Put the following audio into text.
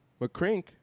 McCrink